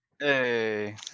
Hey